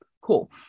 Cool